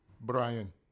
Brian